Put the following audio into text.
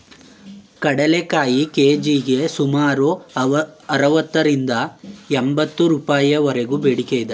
ಕಡಲೆಕಾಯಿ ಕೆ.ಜಿಗೆ ಸುಮಾರು ಅರವತ್ತರಿಂದ ಎಂಬತ್ತು ರೂಪಾಯಿವರೆಗೆ ಬೇಡಿಕೆ ಇದೆ